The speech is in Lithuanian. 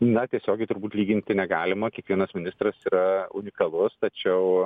na tiesiogiai turbūt lyginti negalima kiekvienas ministras yra unikalus tačiau